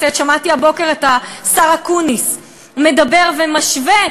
שמעתי הבוקר את השר אקוניס מדבר ומשווה,